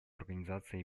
организации